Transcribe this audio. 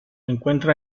encuentra